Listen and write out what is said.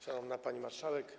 Szanowna Pani Marszałek!